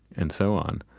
and so on.